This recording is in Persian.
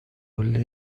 قله